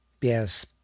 Yes